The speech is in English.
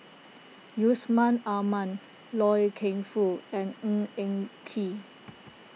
Yusman Aman Loy Keng Foo and Ng Eng Kee